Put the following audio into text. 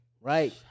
Right